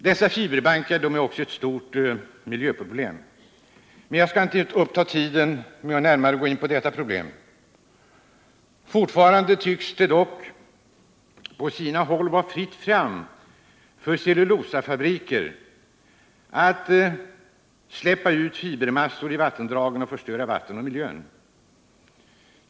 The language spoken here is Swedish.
De fiberbankar som behandlas i vår motion skapar också stora miljöproblem, men jag skall inte uppta kammarens tid med att gå närmare in på dessa. Fortfarande tycks det dock på sina håll vara fritt fram för cellulosafabriker att släppa ut fibermassor i vattendragen och förstöra vatten och annan miljö.